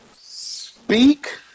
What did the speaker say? Speak